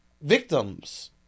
Victims